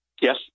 Yes